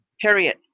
period